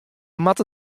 moatte